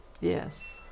Yes